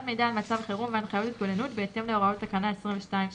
מידע על מצב חירום והנחיות התגוננות בהתאם להוראות תקנה 22(3)